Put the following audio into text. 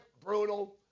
brutal